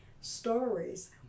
stories